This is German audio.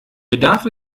bedarf